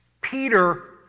Peter